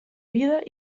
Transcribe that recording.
vida